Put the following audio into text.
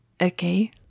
Okay